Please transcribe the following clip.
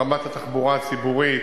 רמת התחבורה הציבורית,